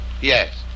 Yes